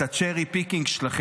של היועצת המשפטית.